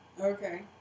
Okay